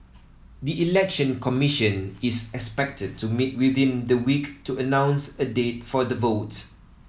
the Election Commission is expected to meet within the week to announce a date for the vote